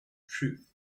truth